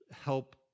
help